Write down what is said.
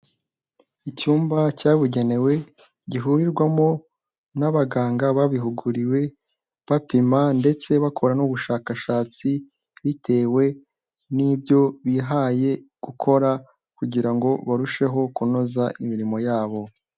Icyumba cyabugenewe gihurirwamo n'abaganga babihuguriwe, bapima ndetse bakora n'ubushakashatsi bitewe n'ibyo bihaye gukora kugira ngo barusheho kunoza imirimo yabo.